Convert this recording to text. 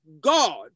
God